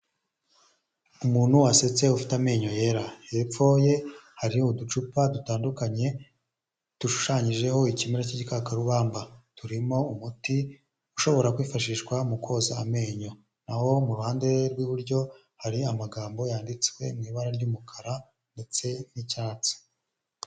Umuntu wasetse ufite amenyo yera, hepfo ye hari uducupa dutandukanye dushushanyijeho ikimera cy'ikakarubamba, turimo umuti ushobora kwifashishwa mu koza amenyo, naho mu ruhande rw'iburyo hari amagambo yanditswe mu ibara ry'umukara ndetse n'icyatsi.